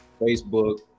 Facebook